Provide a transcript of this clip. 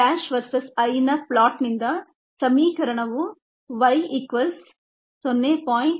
Kmʹ versus I ನ plot ನಿಂದ ಸಮೀಕರಣವು y 0